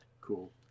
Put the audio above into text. Cool